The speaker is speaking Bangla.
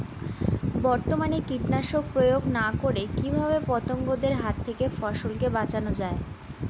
বর্তমানে কীটনাশক প্রয়োগ না করে কিভাবে পতঙ্গদের হাত থেকে ফসলকে বাঁচানো যায়?